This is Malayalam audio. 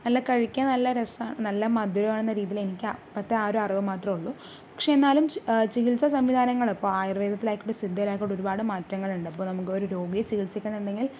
നല്ല കഴിക്കാൻ നല്ല രസമാണ് നല്ല മധുരമാകുന്ന രീതിയിൽ എനിക്ക് അപ്പോഴത്തെ ആ ഒരു അറിവ് മാത്രമേയുള്ളൂ പക്ഷേ എന്നാലും ചികിത്സ സംവിധാനങ്ങൾ ഇപ്പോൾ ആയുർവേദത്തിലായിക്കോട്ടെ സിദ്ധയിലായിക്കോട്ടെ ഒരുപാട് മാറ്റങ്ങളുണ്ട് അപ്പോൾ നമുക്ക് രോഗിയെ ചികിത്സിക്കണം എന്നുണ്ടെങ്കിൽ